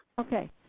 Okay